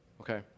Okay